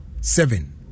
seven